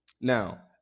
Now